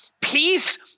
peace